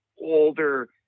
older